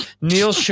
neil